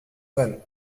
well